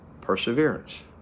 Perseverance